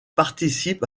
participe